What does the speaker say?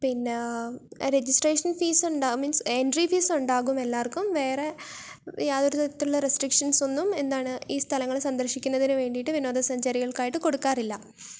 പിന്നെ registration fee ഉണ്ടാകും means entry fee ഉണ്ടാകും എല്ലാവർക്കും വേറെ യാതൊരു വിധത്തിലുള്ള റെസ്ട്രിക്ഷൻസും ഒന്നും എന്താണ് ഈ സ്ഥലങ്ങള് സന്ദർശിക്കുന്നതിനു വേണ്ടിട്ട് വിനോദ സഞ്ചാരികൾക്കായി കൊടുക്കാറില്ല